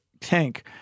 tank